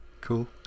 Cool